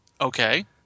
Okay